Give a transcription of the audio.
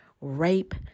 rape